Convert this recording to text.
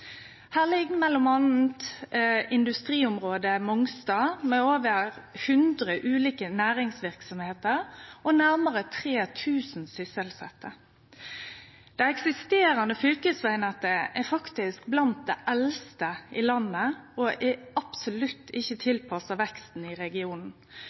Her ligg m.a. industriområdet Mongstad, med over 100 ulike næringsverksemder og nærare 3 000 sysselsette. Det eksisterande fylkesvegnettet er faktisk blant dei eldste i landet og er absolutt ikkje